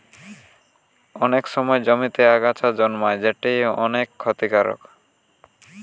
অনেক সময় জমিতে আগাছা জন্মায় যেটি অনেক ক্ষতিকারক